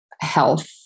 health